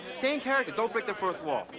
stay in character, don't break the fourth wall.